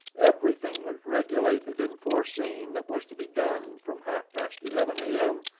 everything was regulated and foreseen that was to be done from half-past eleven a m.